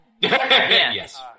Yes